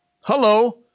Hello